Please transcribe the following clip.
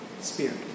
spirit